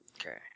Okay